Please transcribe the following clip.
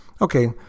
Okay